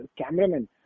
cameraman